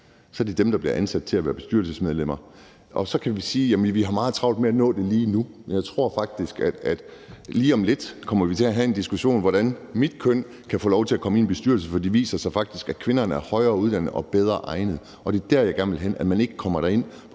egnede, der bliver ansat til at være bestyrelsesmedlemmer. Og så kan vi sige, at vi har meget travlt med at nå det lige nu, men jeg tror faktisk, at lige om lidt kommer vi til at have en diskussion om, hvordan mit køn kan få lov til at komme ind i en bestyrelse, for det viser sig faktisk, at kvinderne er højere uddannet og bedre egnet. Og det er der, hvor jeg gerne vil hen, nemlig at man ikke kommer derind på